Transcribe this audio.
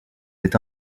est